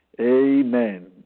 Amen